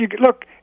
look